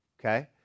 okay